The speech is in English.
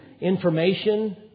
information